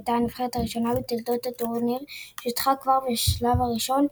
הייתה הנבחרת הראשונה בתולדות הטורניר שהודחה כבר בשלב הראשון,